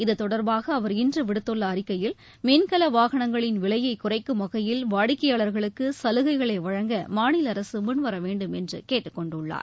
இத்தொடர்பாக அவர் இன்று விடுத்துள்ள அறிக்கையில் மின்கல வாகனங்களின் விலையை குறைக்கும் வகையில் வாடிக்கையாளர்களுக்கு சலுகைகளை வழங்க மாநில அரசு முன்வர வேண்டும் என்று கேட்டுக்கொண்டுள்ளார்